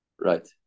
right